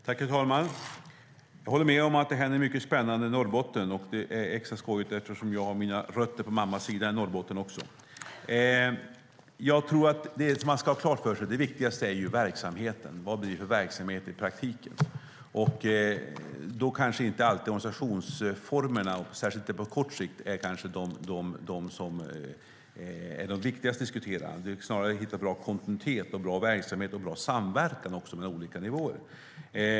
Herr talman! Jag håller med om att det händer mycket spännande i Norrbotten. Det är extra skojigt eftersom jag har mina rötter på mammas sida i Norrbotten. Det jag tror att man ska ha klart för sig är att det viktigaste är verksamheten. Vad blir det för verksamhet i praktiken? Då kanske inte organisationsformerna, särskilt inte på kort sikt, alltid är viktigast att diskutera. Det är snarare att hitta bra kontinuitet, bra verksamhet och bra samverkan mellan olika nivåer.